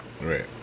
Right